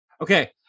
okay